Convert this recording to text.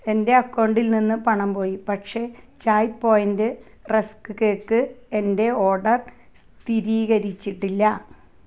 എന്റെ അക്കൗണ്ടിൽ നിന്ന് പണം പോയി പക്ഷെ ചായ് പോയൻറ്റ് റസ്ക് കേക്ക് എന്റെ ഓഡർ സ്ഥിരീകരിച്ചിട്ടില്ല